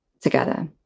together